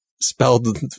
spelled